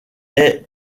est